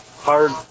hard